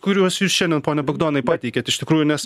kuriuos jūs šiandien pone bagdonai pateikėt iš tikrųjų nes